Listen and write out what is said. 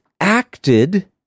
acted